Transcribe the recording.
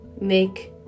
make